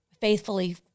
faithfully